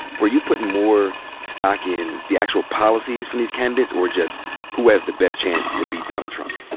were you putting more stock in the actual policies from these candidates, or just who has the best chance to beat donald trump?